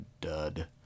dud